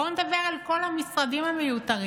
בואו נדבר על כל המשרדים המיותרים,